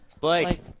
Blake